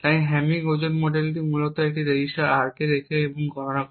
তাই হ্যামিং ওজন মডেলে মডেলটি মূলত এই রেজিস্টার Rটি দেখে এবং গণনা করে